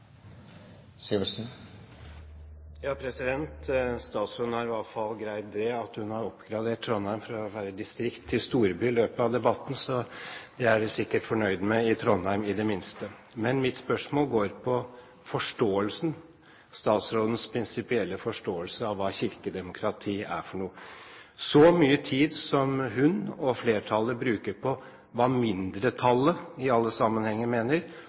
Statsråden har i alle fall greid å oppgradere Trondheim fra å være distrikt til storby i løpet av debatten. Det er de sikkert fornøyd med i Trondheim, i det minste. Mitt spørsmål går på statsrådens prinsipielle forståelse av hva kirkedemokrati er. Så mye tid som hun og flertallet bruker på hva mindretallet i alle sammenhenger mener,